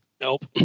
Nope